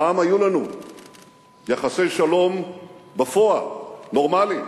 פעם היו לנו יחסי שלום בפועל, נורמליים,